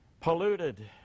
polluted